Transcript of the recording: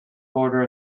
border